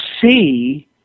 see